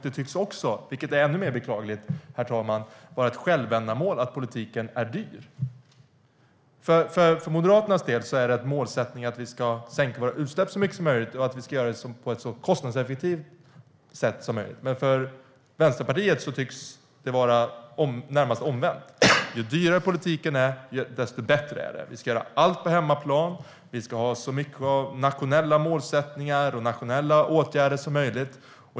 Det tycks också, vilket är ännu mer beklagligt, vara ett självändamål att politiken är dyr. För Moderaternas del är rätt målsättning att vi ska sänka våra utsläpp så mycket som möjligt och att vi ska göra det på ett så kostnadseffektivt sätt som möjligt. Men för Vänsterpartiet tycks det vara närmast omvänt. Ju dyrare politiken är, desto bättre är den. Vi ska göra allt på hemmaplan. Vi ska ha så mycket av nationella målsättningar och åtgärder som möjligt.